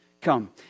Come